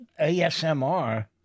ASMR